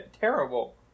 terrible